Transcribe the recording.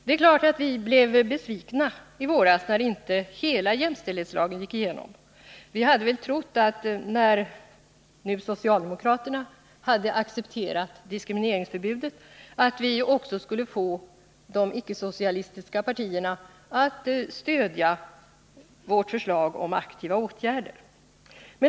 Det är klart att vi blev besvikna i våras när inte hela jämställdhetslagen gick igenom. Vi hade väl trott, när socialdemokraterna 1 hade accepterat diskrimineringsförbudet, att vi också skulle få de icke socialistiska partierna att stödja vårt förslag om aktiva åtgärder.